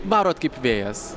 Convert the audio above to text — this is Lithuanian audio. varot kaip vėjas